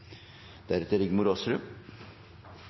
Stortinget. Rigmor Aasrud